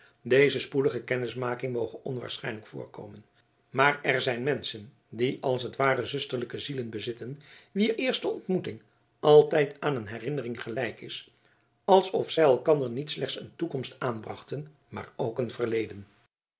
deze spoedige kennismaking moge onwaarschijnlijk voorkomen maar er zijn menschen die als het ware zusterlijke zielen bezitten wier eerste ontmoeting altijd aan een herinnering gelijk is alsof zij elkander niet slechts een toekomst aanbrachten maar ook een verleden